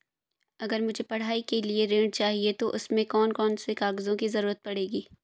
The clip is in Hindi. अगर मुझे पढ़ाई के लिए ऋण चाहिए तो उसमें कौन कौन से कागजों की जरूरत पड़ेगी?